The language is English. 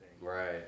Right